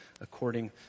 according